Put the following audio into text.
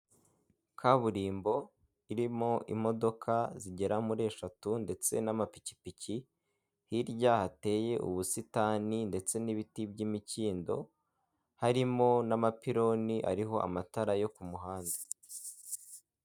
Kaburimbo irimo imodoka zigera muri eshatu ndetse n'amapikipiki, hirya hateye ubusitani ndetse n'ibiti by'imikindo, harimo n'amapironi ariho amatara yo ku muhanda.